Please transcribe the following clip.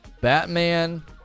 Batman